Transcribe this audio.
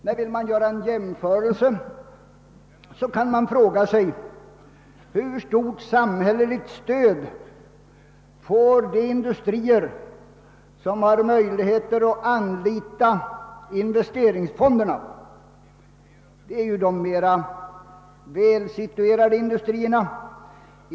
Man kan också jämföra lokaliseringsstödet med det samhälleliga stöd som utgår till industrier, som har möjligheter att anlita investeringsfonderna. Det är ju de mera välsituerade industrierna som får denna möjlighet.